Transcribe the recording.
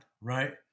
right